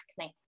acne